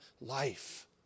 life